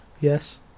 Yes